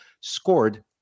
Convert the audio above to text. scored